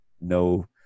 no